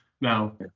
Now